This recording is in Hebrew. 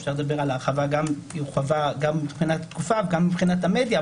אפשר לדבר על ההרחבה גם מבחינת תקופה וגם מבחינת המדיה,